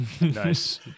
Nice